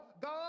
God